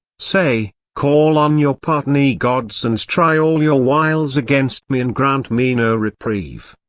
say call on your partner-gods and try all your wiles against me and grant me no reprieve.